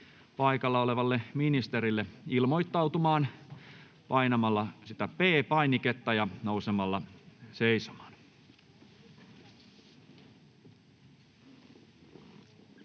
paikalla olevalle ministerille, ilmoittautumaan painamalla P-painiketta ja nousemalla seisomaan.